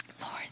Lord